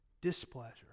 displeasure